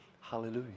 Hallelujah